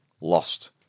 lost